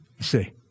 see